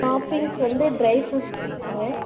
toppings வந்து dry fruits கொடுத்துருங்க